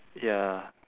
ya